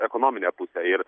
ekonominę pusę ir